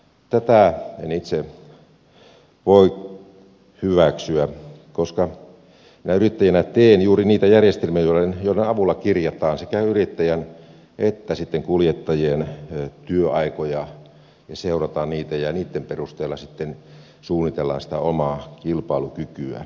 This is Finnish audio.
tätä en itse voi hyväksyä koska minä yrittäjänä teen juuri niitä järjestelmiä joiden avulla kirjataan sekä yrittäjän että sitten kuljettajien työaikoja ja seurataan niitä ja niitten perusteella sitten suunnitellaan sitä omaa kilpailukykyä